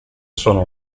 sono